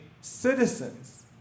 citizens